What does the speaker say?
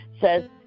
says